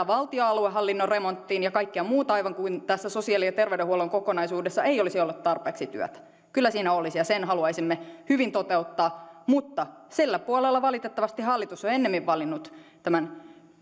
valtion aluehallinnon remonttiin ja kaikkea muuta aivan kuin tässä sosiaali ja terveydenhuollon kokonaisuudessa ei olisi ollut tarpeeksi työtä kyllä siinä olisi ja sen haluaisimme hyvin toteuttaa mutta sillä puolella valitettavasti hallitus on ennemmin valinnut tämän